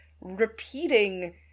repeating